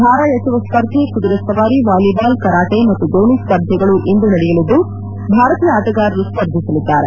ಭಾರ ಎತ್ತುವ ಸ್ಪರ್ಧೆ ಕುದುರೆ ಸವಾರಿ ವಾಲಿಬಾಲ್ ಕರಾಟೆ ಮತ್ತು ದೋಣಿ ಸ್ಪರ್ಧೆಗಳು ಇಂದು ನಡೆಯಲಿದ್ದು ಭಾರತೀಯ ಆಟಗಾರರು ಸ್ಪರ್ಧಿಸಲಿದ್ದಾರೆ